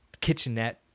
kitchenette